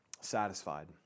satisfied